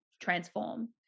transform